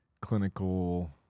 clinical